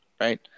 right